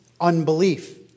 unbelief